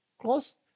close